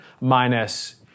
minus